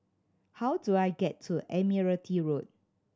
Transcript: how do I get to Admiralty Road